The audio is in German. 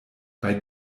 bei